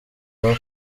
rwa